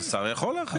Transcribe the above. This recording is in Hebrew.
אז שר יכול להרחיב.